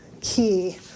key